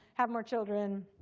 have more children.